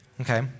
Okay